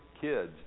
kids